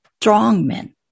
strongmen